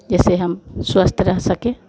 जैसे हम स्वस्थ रह सकें